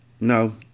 No